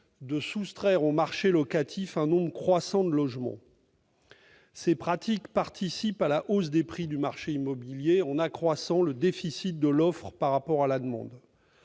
de soustraire au marché locatif un nombre croissant de logements. Elle participe aussi à la hausse des prix du marché immobilier en accroissant le déficit de l'offre par rapport à la demande.